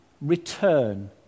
return